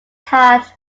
had